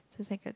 so it's like a